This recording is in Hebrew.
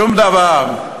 שום דבר.